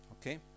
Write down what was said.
Okay